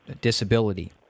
disability